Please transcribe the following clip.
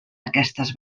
aquestes